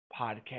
Podcast